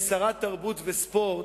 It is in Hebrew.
כשרת התרבות והספורט,